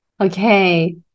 Okay